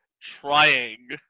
trying